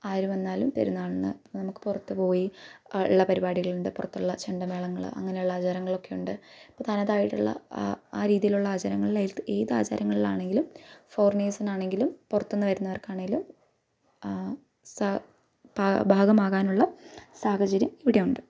ആരു വന്നാലും പെരുന്നാളിന് നമുക്ക് പുറത്തുപോയി ഉള്ള പരിപാടികളുണ്ട് പുറത്തുള്ള ചെണ്ട മേളങ്ങൾ അങ്ങനെയുള്ള ആചാരങ്ങളൊക്കെയുണ്ട് അപ്പം തനതായിട്ടുള്ള ആ ആ രീതിയിലുള്ള ആചാരങ്ങളിലേത് ഏത് ആചാരങ്ങളിലാണെങ്കിലും ഫോറിനേഴ്സിനാണെങ്കിലും പുറത്തു നിന്ന് വരുന്നവർക്കാണെങ്കിലും ഭാഗമാകാനുള്ള സാഹചര്യം ഇവിടെയുണ്ട്